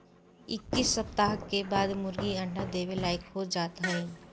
इक्कीस सप्ताह के बाद मुर्गी अंडा देवे लायक हो जात हइन